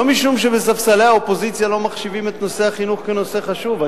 לא משום שבספסלי האופוזיציה לא מחשיבים את נושא החינוך כנושא חשוב.